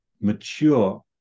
mature